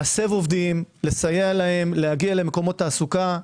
להסב עובדים, לסייע להם להגיע למקומות תעסוקה.